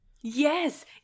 Yes